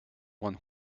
one